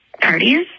parties